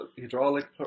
hydraulic